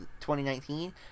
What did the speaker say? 2019